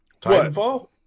Titanfall